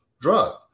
drug